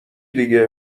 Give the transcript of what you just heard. دیگه